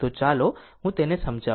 તો ચાલો હું તેને સમજાવું